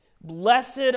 Blessed